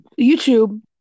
YouTube